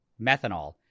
methanol